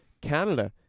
Canada